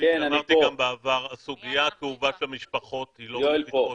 אמרתי גם בעבר שסוגיית המשפחות היא לא בסמכות